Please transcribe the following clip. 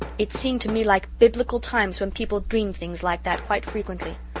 it seemed to me like biblical times when people dreamed things like that quite frequently.